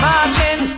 Margin